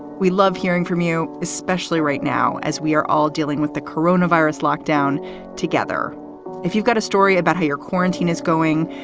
we love hearing from you, especially right now as we are all dealing with the corona virus down together if you've got a story about how your quarantine is going,